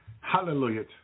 Hallelujah